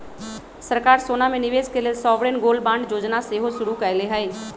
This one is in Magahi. सरकार सोना में निवेश के लेल सॉवरेन गोल्ड बांड जोजना सेहो शुरु कयले हइ